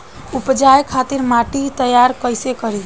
उपजाये खातिर माटी तैयारी कइसे करी?